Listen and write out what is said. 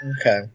Okay